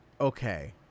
okay